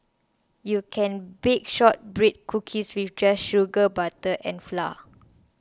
you can bake Shortbread Cookies with just sugar butter and flour